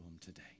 today